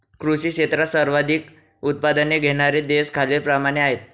कृषी क्षेत्रात सर्वाधिक उत्पादन घेणारे देश खालीलप्रमाणे आहेत